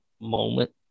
moment